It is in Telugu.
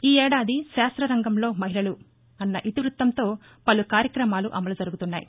ఈ ఏడాది శాస్త్ర రంగంలో మహిళలు అన్న ఇతివృత్తంతో పలు కార్యక్రమాలు అమలు జరుగుతున్నాయి